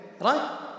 right